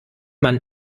man